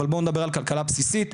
אבל בואו נדבר על כלכלה בסיסית,